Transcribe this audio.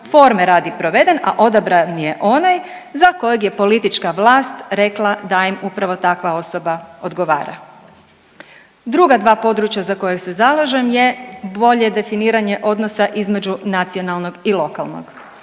forme radi proveden, a odabran je onaj za kojeg je politička vlast rekla da im upravo takva osoba odgovara. Druga dva područja za koja se zalažem je bolje definiranje odnosa između nacionalnog i lokalnog.